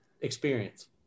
experience